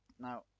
now